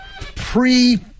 pre